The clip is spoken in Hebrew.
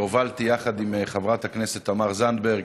שהובלתי יחד עם חברת הכנסת תמר זנדברג